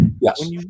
Yes